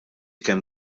kemm